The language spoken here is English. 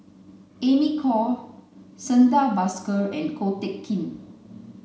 Amy Khor Santha Bhaskar and Ko Teck Kin